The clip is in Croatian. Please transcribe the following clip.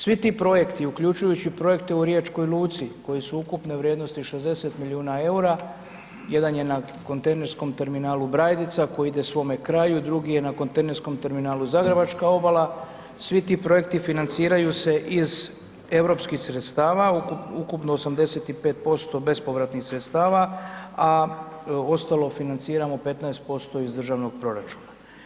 Svi ti projekti, uključujući projekte u riječkoj luci, koji su ukupne vrijednosti 60 milijuna eura, jedan je na kontejnerskom terminalu Brajdica, koji ide svome kraju, drugi je na kontejnerskom terminalu zagrebačka obala, svi ti projekti financiraju se iz europskih sredstava, ukupno 85% bespovratnih sredstava, a ostalo financiramo 15% iz državnog proračuna.